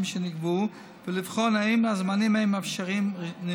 שנקבעו ולבחון אם הזמנים הם אפשריים.